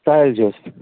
ٹرٛالچہِ